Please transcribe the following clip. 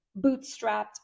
bootstrapped